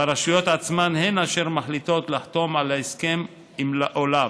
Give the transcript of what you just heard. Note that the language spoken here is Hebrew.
והרשויות עצמן הן אשר מחליטות אם לחתום על ההסכם או לאו.